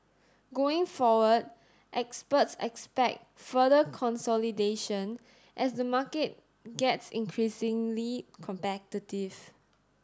going forward experts expect further consolidation as the market gets increasingly competitive